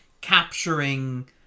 capturing